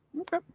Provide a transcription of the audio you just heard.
Okay